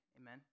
amen